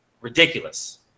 Ridiculous